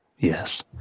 Yes